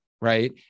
right